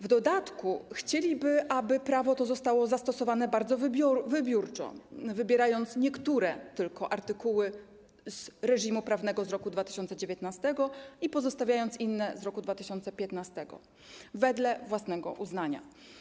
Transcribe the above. W dodatku chcieliby, aby prawo to zostało zastosowane bardzo wybiórczo, wybierając tylko niektóre artykuły z reżimu prawnego z roku 2019 i pozostawiając inne z roku 2015, wedle własnego uznania.